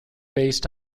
based